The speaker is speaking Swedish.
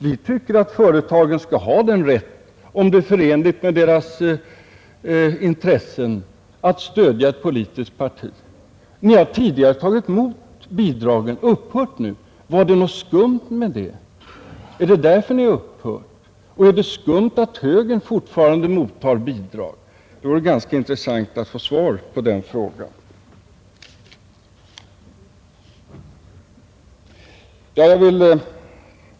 Vi tycker att företagen skall ha den rätten, om det är förenligt med deras intressen att stödja ett politiskt parti. Ni har ju tidigare tagit emot bidragen men har upphört med det nu. Var det någonting skumt med dem? Är det därför ni har upphört? Och är det skumt att högern fortfarande mottar bidrag? Det vore ganska intressant att få svar på de frågorna.